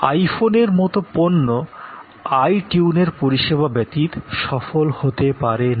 I ফোনের মতো পণ্য আই টিউনের পরিষেবা ব্যতীত সফল হতে পারে না